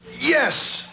Yes